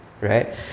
right